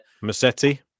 Massetti